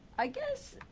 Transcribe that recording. i guess